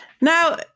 Now